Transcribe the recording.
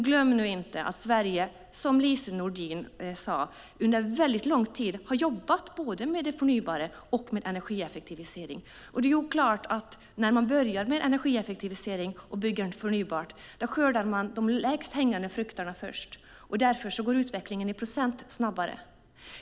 Glöm dock inte att Sverige, som Lise Nordin sade, under lång tid har jobbat med både det förnybara och energieffektivisering. När man börjar med energieffektivisering och bygger förnybart skördar man de lägst hängande frukterna först, och därför går utvecklingen i procent snabbare.